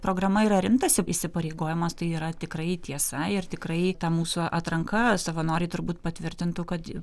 programa yra rimtas įsipareigojimas tai yra tikrai tiesa ir tikrai ta mūsų atranka savanoriai turbūt patvirtintų kad